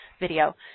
video